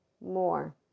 more